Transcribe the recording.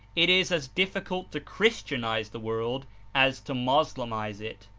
it is as difficult to christianize the world as to moslemize it.